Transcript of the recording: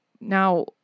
Now